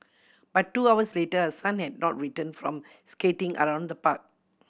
but two hours later her son had not return from skating around the park